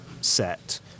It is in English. set